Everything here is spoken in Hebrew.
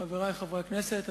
חברי חברי הכנסת,